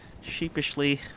sheepishly